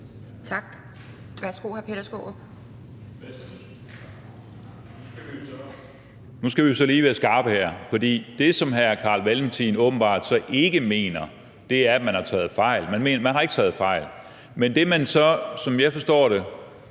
Kl. 12:05 Peter Skaarup (DF): Nu skal vi jo så lige være skarpe her, for det, som hr. Carl Valentin åbenbart ikke mener, er, at man har taget fejl; man har ikke taget fejl. Men det, man så, som jeg forstår det,